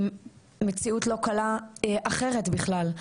עם מציאות לא קלה אחרת בכלל.